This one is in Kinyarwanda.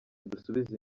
dusubiza